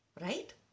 Right